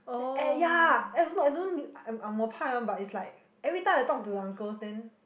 the eh ya I don't know I don't I'm angmoh pai one but it's like everytime I talk to the uncles then